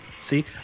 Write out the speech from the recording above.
See